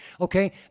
Okay